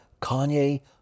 Kanye